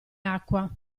acqua